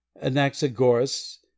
Anaxagoras